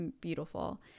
beautiful